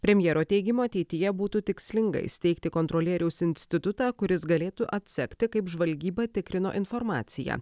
premjero teigimu ateityje būtų tikslinga įsteigti kontrolieriaus institutą kuris galėtų atsekti kaip žvalgyba tikrino informaciją